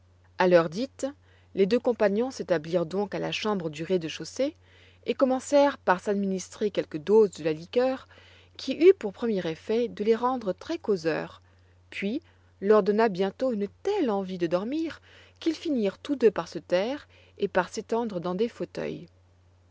a l'heure dite les deux compagnons s'établirent donc à la chambre du rez-de-chaussée et commencèrent pas s'administrer quelques doses de la liqueur qui eut pour premier effet de les rendre très causeurs puis leur donna bientôt une telle envie de dormir qu'ils finirent tous deux par se taire et par s'étendre dans des fauteuils